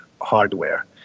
hardware